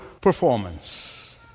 performance